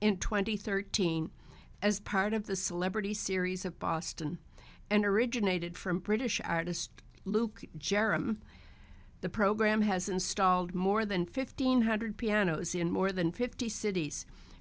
in twenty thirteen as part of the celebrity series of boston and originated from british artist luke jerram the program has installed more than fifteen hundred pianos in more than fifty cities